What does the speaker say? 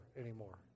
anymore